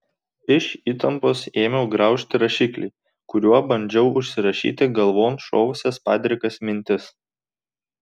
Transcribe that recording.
iš įtampos ėmiau graužti rašiklį kuriuo bandžiau užsirašyti galvon šovusias padrikas mintis